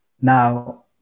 now